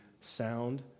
sound